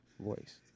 voice